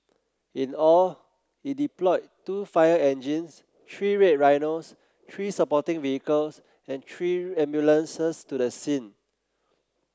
in all it deployed two fire engines three Red Rhinos three supporting vehicles and three ambulances to the scene